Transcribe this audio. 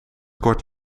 kort